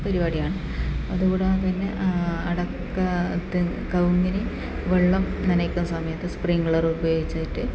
പരിപാടിയാണ് അതുകൂടാതെ തന്നെ അടയ്ക്ക തെങ്ങ് കവുങ്ങിന് വെള്ളം നനയ്ക്കുന്ന സമയത്ത് സ്പ്രിംഗ്ലർ ഉപയോഗിച്ചിട്ട്